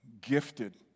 gifted